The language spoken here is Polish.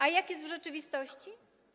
A jak jest w rzeczywistości?